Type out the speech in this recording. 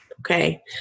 okay